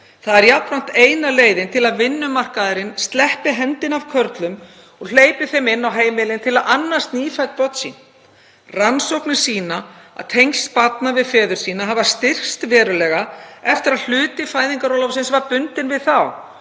Það er jafnframt eina leiðin til að vinnumarkaðurinn „sleppi hendinni“ af körlum og hleypi þeim inn á heimilin til að annast nýfædd börn sín. Rannsóknir sýna að tengsl barna við feður sína hafa styrkst verulega eftir að hluti fæðingarorlofs var bundinn við þá.